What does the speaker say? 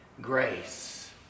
grace